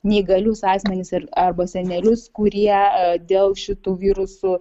neįgalius asmenis ir arba senelius kurie dėl šitų virusų